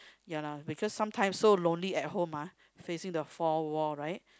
ya lah because sometimes so lonely at home ah facing the four wall right